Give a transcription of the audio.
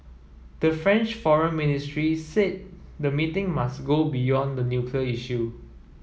the French foreign ministry said the meeting must go beyond the nuclear issue